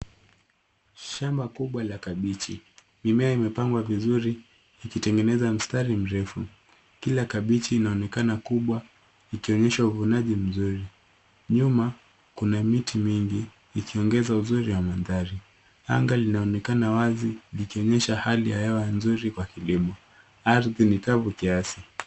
Shamba kubwa la kabichi. Mimea imepangwa vizuri ikitengeneza mstari mrefu. Kila kabichi inaonekana kubwa ikionyesha uvunaji mzuri. Nyuma, kuna miti mingi ikiongeza uzuri wa mandhari. Anga linaonekana wazi likionyesha hali ya hewa nzuri kwa kilimo. Ardhi ni kavu kiasi.